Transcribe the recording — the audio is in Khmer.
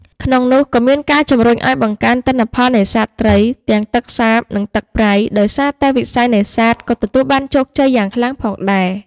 ក្នុងនោះ ក៏មានការជំរុញឱ្យបង្កើនទិន្នផលនេសាទត្រី ទាំងទឹកសាប និងទឹកប្រៃ ដោយសារតែវិស័យនេសាទក៏ទទួលបានជោគជ័យយ៉ាងខ្លាំងផងដែរ។